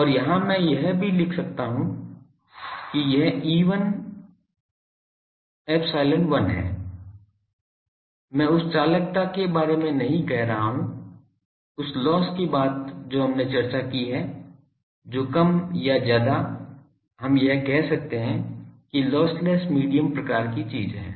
और यहां मैं यह भी लिखता हूं कि यह E1 ε1 है मैं उस चालकता के बारे में नहीं कह रहा हूं उस लोस्स की बात जो हमने चर्चा की है जो कम या ज्यादा हम यह कह सकते हैं कि लॉसलेस मीडियम प्रकार की चीज है